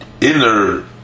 inner